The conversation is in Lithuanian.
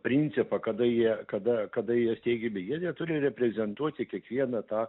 principą kada jie kada kada jie steigiami beje jie jie turi reprezentuoti kiekvieną